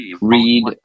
read